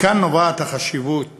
מכאן נובעת החשיבות